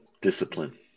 Discipline